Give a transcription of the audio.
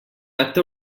acte